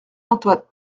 antoine